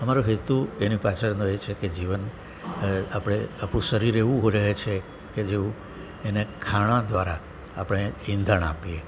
અમારો હેતુ એની પાછળનો એ છે કે જીવન આપણે આપણું શરીર એવું રહે છે કે જેવું એને ખાણા દ્વારા આપણે ઈંધણ આપીએ